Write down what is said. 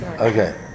Okay